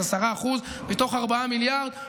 אז 10% מתוך 4 מיליארד,